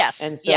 Yes